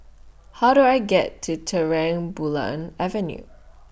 How Do I get to Terang Bulan Avenue